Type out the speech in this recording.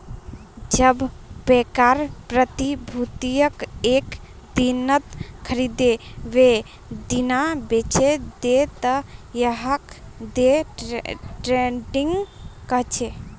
जब पैकार प्रतिभूतियक एक दिनत खरीदे वेय दिना बेचे दे त यहाक डे ट्रेडिंग कह छे